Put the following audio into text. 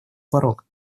порог